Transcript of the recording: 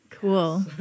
Cool